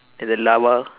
then the lava